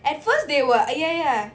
at first they were ya ya